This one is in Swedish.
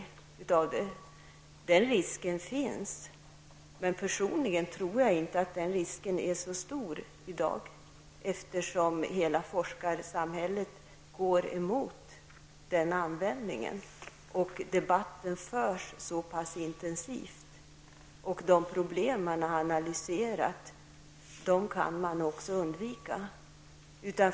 Den risken finns. Men personligen tror jag inte att den risken är så stor i dag, eftersom hela forskarsamhället går emot den användningen. Debatten förs så pass intensivt, och de problem som man har analyserat kan man också undvika.